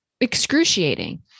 Excruciating